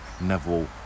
Neville